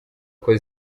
kuko